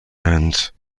bands